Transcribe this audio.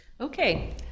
Okay